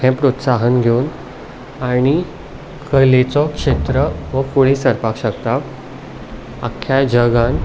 हें प्रोत्साहन घेवून आनी कलेचो क्षेत्र हो फुडें सरपाक शकता आख्या जगांत